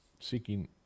seeking